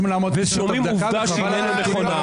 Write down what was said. אין 1,800 --- כשאומרים עובדה שהיא איננה נכונה,